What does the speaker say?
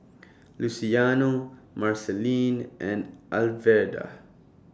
Luciano Marceline and Alverda